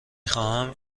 خواهم